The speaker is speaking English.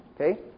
Okay